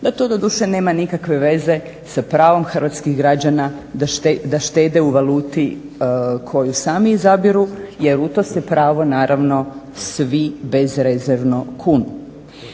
dok to doduše nema nikakve veze sa pravom hrvatskih građana da štede u valuti koju sami izabiru jer u to se pravo naravno svi bezrezervno kunu.